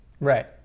right